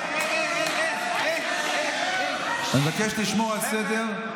אני מבקש לשמור על סדר.